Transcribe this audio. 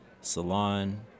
Salon